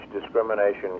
discrimination